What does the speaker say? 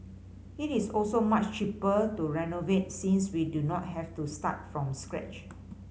it is also much cheaper to renovate since we do not have to start from scratch